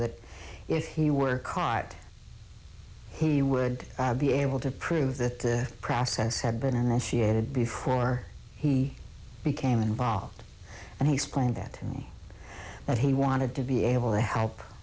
that if he were caught he would be able to prove that the process had been initiated before he became involved and he explained that that he wanted to be able to help